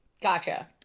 Gotcha